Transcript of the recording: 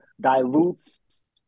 dilutes